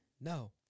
No